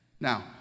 Now